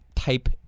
type